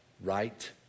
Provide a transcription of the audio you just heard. right